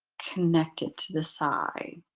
connect it to the side?